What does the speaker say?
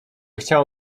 chciało